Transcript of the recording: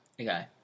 Okay